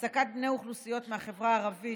העסקת בני אוכלוסיות מהחברה הערבית,